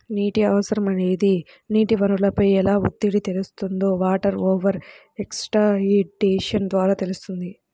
నీటి అవసరం అనేది నీటి వనరులపై ఎలా ఒత్తిడి తెస్తుందో వాటర్ ఓవర్ ఎక్స్ప్లాయిటేషన్ ద్వారా తెలుస్తుంది